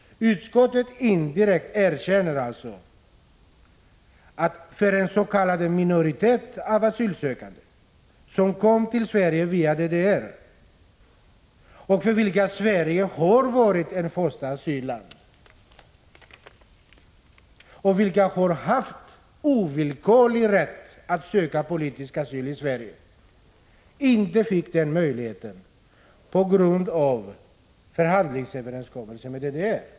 Utskottet erkänner alltså indirekt att den s.k. minoriteten av asylsökande som kom till Sverige via DDR, och för vilken Sverige har varit första asylland, inte fick möjlighet att utnyttja sin ovillkorliga rätt att söka politisk asyl i Sverige, på grund av förhandlingsöverenskommelsen med DDR.